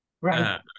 right